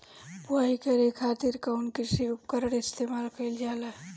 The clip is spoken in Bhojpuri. बुआई करे खातिर कउन कृषी उपकरण इस्तेमाल कईल जाला?